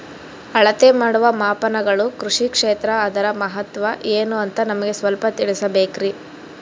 ಅಳತೆ ಮಾಡುವ ಮಾಪನಗಳು ಕೃಷಿ ಕ್ಷೇತ್ರ ಅದರ ಮಹತ್ವ ಏನು ಅಂತ ನಮಗೆ ಸ್ವಲ್ಪ ತಿಳಿಸಬೇಕ್ರಿ?